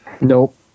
Nope